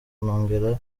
nongera